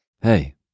Hey